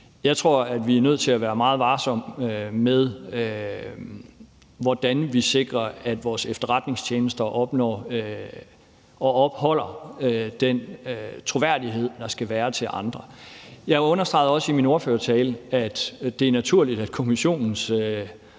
Jeg tror, at vi er nødt til at være meget varsomme med, hvordan vi sikrer, at vores efterretningstjenester opnår og opretholder den troværdighed, der skal være i forhold til andre. Jeg understregede også i min ordførertale, at det er naturligt, at der